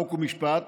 חוק ומשפט